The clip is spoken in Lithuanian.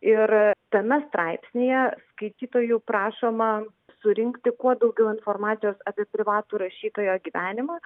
ir tame straipsnyje skaitytojų prašoma surinkti kuo daugiau informacijos apie privatų rašytojo gyvenimą